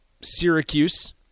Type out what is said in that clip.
Syracuse